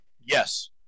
Yes